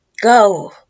Go